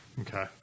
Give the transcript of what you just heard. Okay